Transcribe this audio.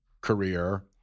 career